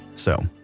so,